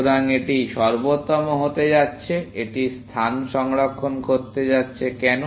সুতরাং এটি সর্বোত্তম হতে যাচ্ছে এটি স্থান সংরক্ষণ করতে যাচ্ছে কেন